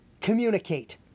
communicate